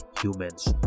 humans